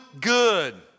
good